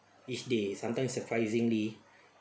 each day sometimes surprisingly